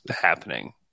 happening